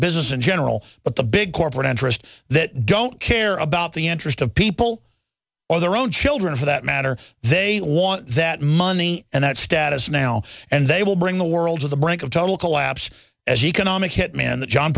business in general but the big corporate interests that don't care about the interest of people or their own children for that matter they want that money and that status now and they will bring the world to the brink of total collapse as economic hitman that john